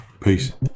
Peace